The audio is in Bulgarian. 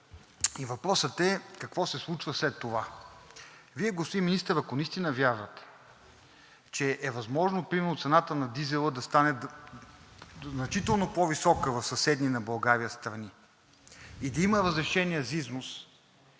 и въпросът е какво се случва след това? Вие, господин Министър, ако наистина вярвате, че е възможно, примерно, цената на дизела да стане значително по-висока в съседни на България страни и да има разрешение за износ,